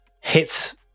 Hits